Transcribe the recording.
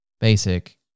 basic